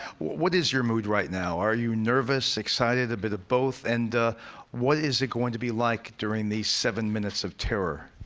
what what is your mood right now? are you nervous, excited, a bit of both, and what is it going to be like during these seven minutes of terror?